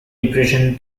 depression